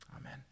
amen